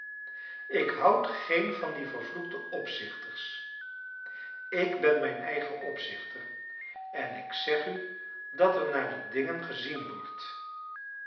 ik houd geen van die vervloekte opzichters ik ben mijn eigen opzichter en ik zeg u dat er naar de dingen gezien wordt